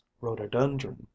rhododendron